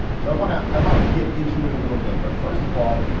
so i want to i want to get into it a little bit. but first of all,